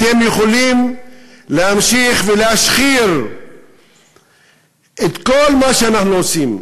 אתם יכולים להמשיך להשחיר את כל מה שאנחנו עושים.